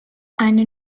eine